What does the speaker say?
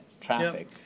traffic